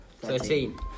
Thirteen